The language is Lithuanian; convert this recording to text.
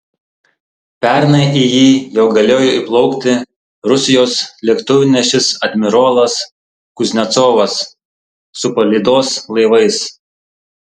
pernai į jį jau galėjo įplaukti rusijos lėktuvnešis admirolas kuznecovas su palydos laivais